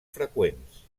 freqüents